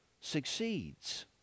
succeeds